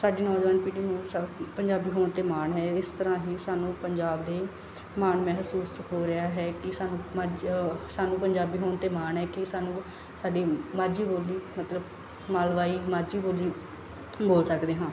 ਸਾਡੀ ਨੌਜਵਾਨ ਪੀੜ੍ਹੀ ਨੂੰ ਇਸ ਪੰਜਾਬੀ ਹੋਣ 'ਤੇ ਮਾਣ ਹੈ ਇਸ ਤਰ੍ਹਾਂ ਹੀ ਸਾਨੂੰ ਪੰਜਾਬ ਦੇ ਮਾਣ ਮਹਿਸੂਸ ਹੋ ਰਿਹਾ ਹੈ ਕਿ ਸਾਨੂੰ ਮਾਝ ਸਾਨੂੰ ਪੰਜਾਬੀ ਹੋਣ 'ਤੇ ਮਾਣ ਹੈ ਕਿ ਸਾਨੂੰ ਸਾਡੀ ਮਾਝੀ ਬੋਲੀ ਮਤਲਬ ਮਲਵਈ ਮਾਝੀ ਬੋਲੀ ਬੋਲ ਸਕਦੇ ਹਾਂ